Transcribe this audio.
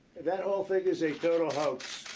that whole thing is a total hoax.